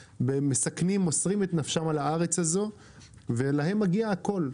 מסכנים ומוסרים את נפשם על הארץ הזו ולהם מגיע הכל.